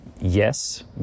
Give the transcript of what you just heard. yes